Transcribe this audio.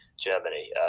germany